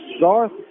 Darth